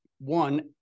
One